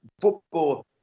Football